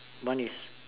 one is